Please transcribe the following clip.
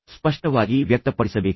ಸ್ಪಷ್ಟವಾಗಿ ವ್ಯಕ್ತಪಡಿಸಬೇಕು